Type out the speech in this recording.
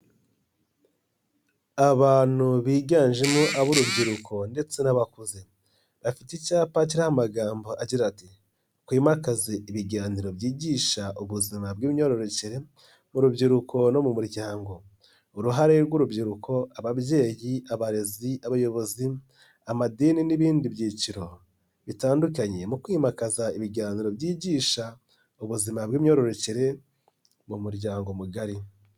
Abantu biganjemo ab'urubyiruko ndetse n'abakuze bafite icyapa kiriho magambo agira ati "twimakaze ibiganiro byigisha ubuzima bw'imyororokere urubyiruko no mu muryango, uruhare rw'urubyiruko ababyeyi, abarezi, abayobozi, amadini n'ibindi byiciro bitandukanye mu kwimakaza ibiganiro byigisha ubuzima bw'imyororokere mu muryango mugari".